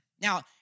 Now